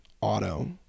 auto